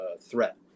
threat